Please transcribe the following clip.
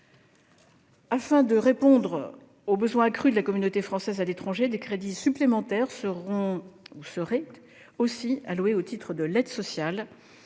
Afin de répondre aux besoins accrus de la communauté française à l'étranger, des crédits supplémentaires seront aussi alloués au titre de l'aide sociale